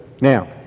Now